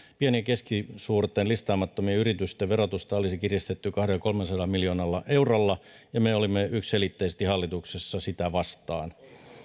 ja keskisuurten listaamattomien yritysten verotusta olisi kiristetty kahdellasadalla viiva kolmellasadalla miljoonalla eurolla me olimme yksiselitteisesti hallituksessa sitä vastaan